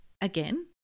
again